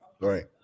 Right